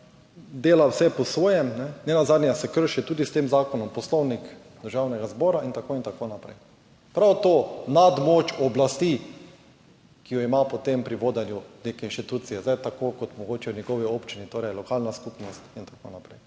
vse po svojem, nenazadnje se krši tudi s tem zakonom poslovnik Državnega zbora in tako in tako naprej. Prav to, nadmoč oblasti, ki jo ima potem pri vodenju neke inštitucije, tako kot mogoče v njegovi občini, torej lokalna skupnost in tako naprej.